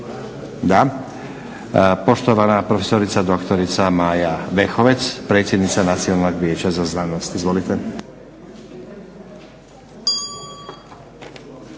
Da. Poštovana profesorica doktorica Maja Vehovec, predsjednica Nacionalnog vijeća za znanost. Izvolite.